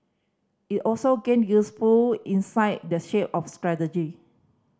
it also gained useful insight the shape of strategy